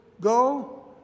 go